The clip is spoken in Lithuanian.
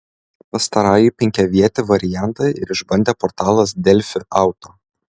pastarąjį penkiavietį variantą ir išbandė portalas delfi auto